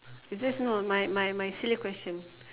you just know my my my silly question